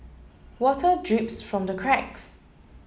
water drips from the cracks